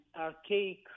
archaic